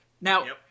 Now